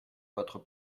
votre